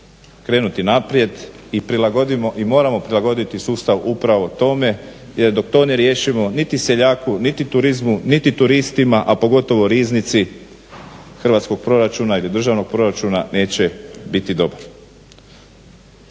krenuti naprijed i moramo prilagoditi sustav upravo tome jer dok to ne riješimo niti seljaku, niti turizmu, niti turistima a pogotovo riznici hrvatskog proračuna ili državnog proračuna neće biti dobar.